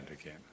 again